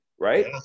right